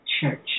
Church